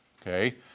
Okay